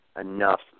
enough